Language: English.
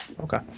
okay